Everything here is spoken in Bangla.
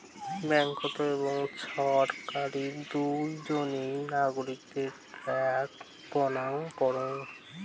ব্যাঙ্ককোত এবং ছরকারি দুজনেই নাগরিকদের ট্যাক্সের গণনা করাং